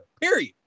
period